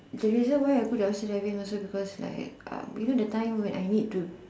the reason why I go dumpster diving also because like you know that time when I need to